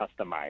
customize